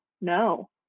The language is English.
No